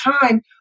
time